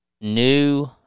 new